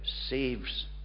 saves